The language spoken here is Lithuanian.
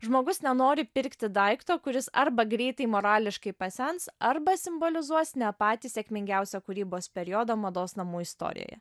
žmogus nenori pirkti daikto kuris arba greitai morališkai pasens arba simbolizuos ne patį sėkmingiausią kūrybos periodą mados namų istorijoje